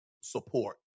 support